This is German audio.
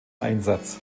einsatz